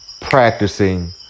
practicing